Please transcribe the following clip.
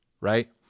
right